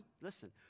listen